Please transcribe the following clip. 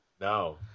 No